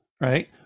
right